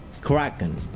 Kraken